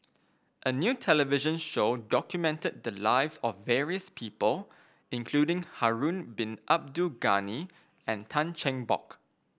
a new television show documented the lives of various people including Harun Bin Abdul Ghani and Tan Cheng Bock